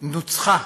נוצחה